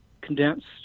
condensed